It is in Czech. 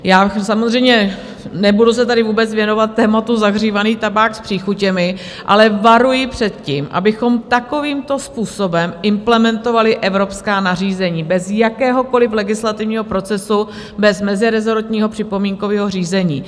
Já samozřejmě nebudu se tady vůbec věnovat tématu zahřívaný tabák s příchutěmi, ale varuji před tím, abychom takovýmto způsobem implementovali evropská nařízení, bez jakéhokoliv legislativního procesu, bez mezirezortního připomínkového řízení.